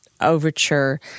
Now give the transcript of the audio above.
overture